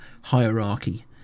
hierarchy